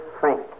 Frank